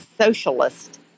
socialist